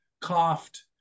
coughed